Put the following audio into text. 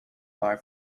bar